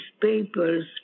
papers